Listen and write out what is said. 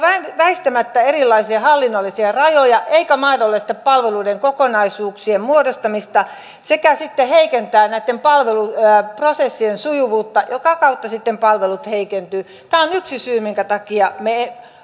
väistämättä erilaisia hallinnollisia rajoja eikä mahdollista palveluiden kokonaisuuksien muodostamista sekä sitten heikentää näitten palveluprosessien sujuvuutta minkä kautta sitten palvelut heikentyvät tämä on yksi syy minkä takia